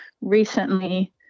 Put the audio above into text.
recently